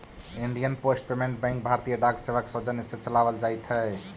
Indian post payment bank भारतीय डाक सेवा के सौजन्य से चलावल जाइत हइ